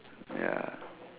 ya